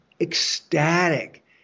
ecstatic